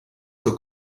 zur